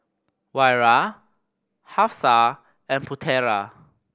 Wira Hafsa and Putera